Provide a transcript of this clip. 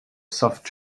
soft